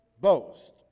boast